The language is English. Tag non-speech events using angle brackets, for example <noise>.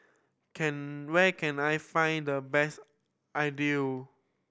can where can I find the best <unintelligible>